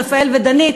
רפאל ודנית,